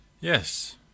Yes